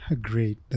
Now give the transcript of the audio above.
Great